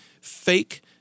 fake